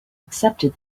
accepted